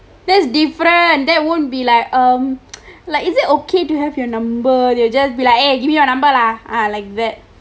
that's different that won't be like um like is it ok to have your number they will just be like eh give me your number lah like that